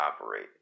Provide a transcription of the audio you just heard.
operate